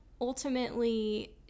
ultimately